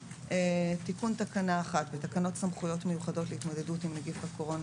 תיקון תקנה 1 1. בתקנות סמכויות מיוחדות להתמודדות עם נגיף הקורונה